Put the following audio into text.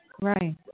Right